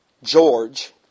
George